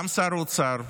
גם שר האוצר,